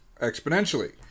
exponentially